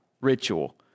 ritual